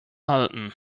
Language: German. halten